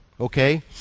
Okay